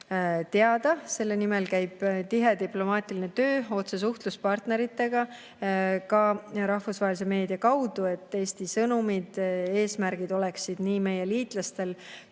teada. Selle nimel käib [aktiivne] diplomaatiline töö, tihe otsesuhtlus partneritega, ka rahvusvahelise meedia kaudu, et Eesti sõnumid, eesmärgid oleksid nii meie liitlastele kui